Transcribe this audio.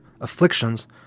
afflictions